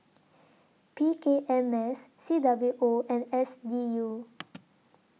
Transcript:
P K M S C W O and S D U